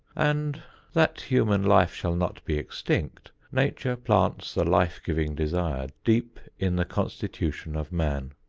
and that human life shall not be extinct, nature plants the life-giving desire deep in the constitution of man.